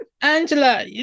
Angela